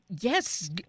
Yes